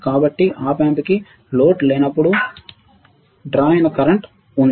కాబట్టి Op amp కి load లేనప్పుడు డ్రా అయిన కరెంట్ ఉంది